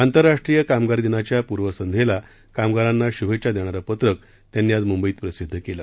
आंतरराष्ट्रीय कामगार दिनाच्या पूर्वसंध्येला कामगारांना शुभेच्छा देणारं पत्रक त्यांनी आज मुंबईत प्रसिद्ध केलं